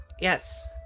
yes